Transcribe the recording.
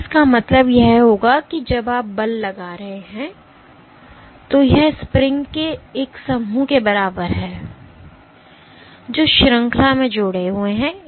तो इसका मतलब यह होगा कि जब आप बल लगा रहे हैं तो यह स्प्रिंग्स के एक समूह के बराबर है जो श्रृंखला में जुड़े हुए हैं